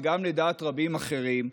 וגם לדעת רבים אחרים,